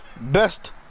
best